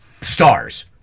stars